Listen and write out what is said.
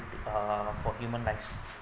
uh for human lives